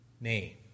name